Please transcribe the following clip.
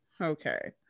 Okay